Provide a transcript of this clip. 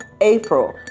April